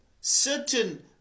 certain